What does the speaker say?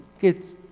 kids